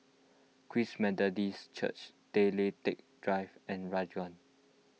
Christ Methodist Church Tay Lian Teck Drive and Ranggung